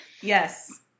Yes